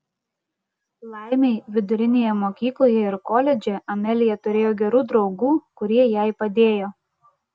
laimei vidurinėje mokykloje ir koledže amelija turėjo gerų draugų kurie jai padėjo